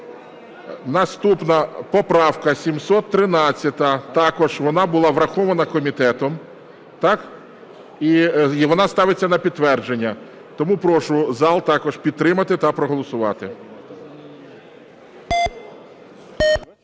Наступна поправка 713. Також вона була врахована комітетом. Так? І вона ставиться на підтвердження. Тому прошу зал також підтримати та проголосувати.